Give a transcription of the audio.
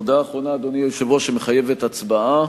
הודעה אחרונה, אדוני היושב-ראש, שמחייבת הצבעה.